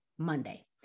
Monday